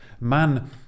Man